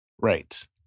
Right